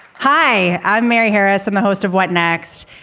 hi, i'm mary harrison, the host of what next?